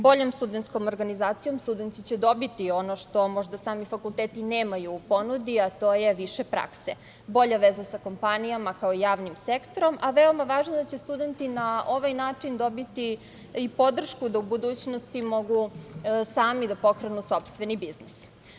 Boljom studentskom organizacijom studenti će dobiti ono što možda sami fakulteti nemaju u ponudi, a to je više prakse, bolja veza sa kompanijama, kao i javnim sektorom, a veoma važno je da će studenti na ovaj način dobiti i podršku da u budućnosti mogu sami da pokrenu sopstveni biznis.